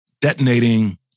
detonating